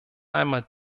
einmal